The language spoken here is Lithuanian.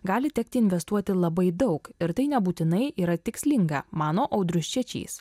gali tekti investuoti labai daug ir tai nebūtinai yra tikslinga mano audrius čečys